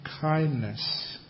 kindness